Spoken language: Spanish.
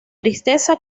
tristeza